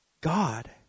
God